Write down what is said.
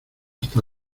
está